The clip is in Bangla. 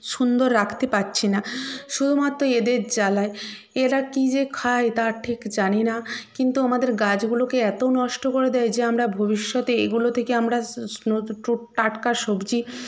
সুন্দর রাখতে পারছি না শুধুমাত্র এদের জ্বালায় এরা কী যে খায় তার ঠিক জানি না কিন্তু আমাদের গাছগুলোকে এত নষ্ট করে দেয় যে আমরা ভবিষ্যতে এগুলো থেকে আমরা টাটকা সবজি